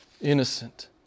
innocent